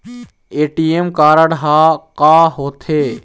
ATM card हा का होते?